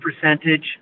percentage